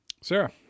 Sarah